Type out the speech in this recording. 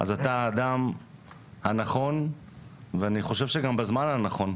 אז אתה האדם הנכון ואני חושב שגם בזמן הנכון,